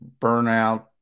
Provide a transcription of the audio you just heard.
burnout